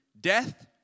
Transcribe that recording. death